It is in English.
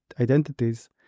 identities